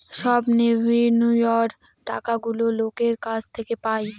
সব রেভিন্যুয়র টাকাগুলো লোকের কাছ থেকে পায়